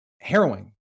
harrowing